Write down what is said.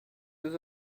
deux